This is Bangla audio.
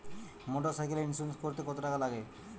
মোটরসাইকেলের ইন্সুরেন্স করতে কত টাকা লাগে?